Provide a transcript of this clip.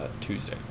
Tuesday